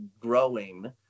growing